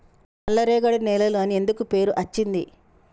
నల్లరేగడి నేలలు అని ఎందుకు పేరు అచ్చింది?